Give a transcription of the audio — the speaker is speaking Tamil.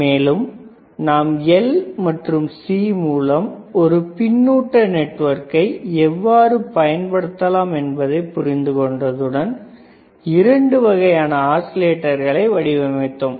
மேலும் நாம் L மற்றும் C மூலம் ஒரு பின்னூட்ட நெட்வொர்க்கை எவ்வாறு பயன்படுத்தலாம் என்பதை புரிந்து கொண்டதுடன் இரண்டு வகையான ஆஸிலேட்டர்களை வடிவமைத்தோம்